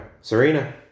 Serena